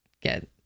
get